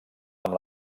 amb